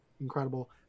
incredible